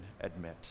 admit